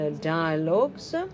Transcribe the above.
dialogues